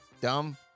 dumb